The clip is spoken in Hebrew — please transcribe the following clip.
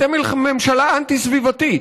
אתם ממשלה אנטי-סביבתית.